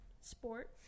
sport